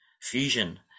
Fusion